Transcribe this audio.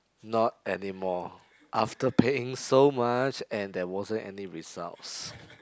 not anymore after paying so much and there wasn't any results